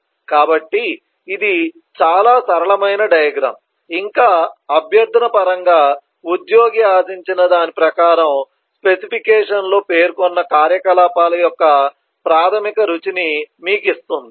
కాబట్టి ఇది చాలా సరళమైన డయాగ్రమ్ ఇంకా అభ్యర్థన పరంగా ఉద్యోగి ఆశించిన దాని ప్రకారం స్పెసిఫికేషన్లో పేర్కొన్న కార్యకలాపాల యొక్క ప్రాథమిక రుచిని మీకు ఇస్తుంది